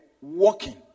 walking